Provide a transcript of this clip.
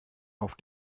auf